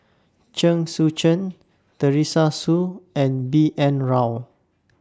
Chen Sucheng Teresa Hsu and B N Rao